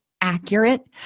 accurate